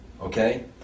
Okay